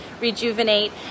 rejuvenate